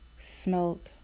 smoke